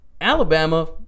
Alabama